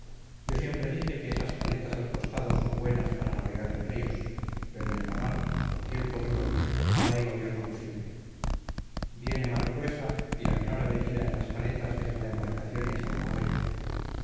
yo siempre dije que esas paletas al costado son buenas para navegar en ríos pero en la mar con tiempo duro no hay gobierno posible viene mar gruesa y la menor avería en las paletas deja la embarcación hecha una boya